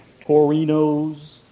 Torino's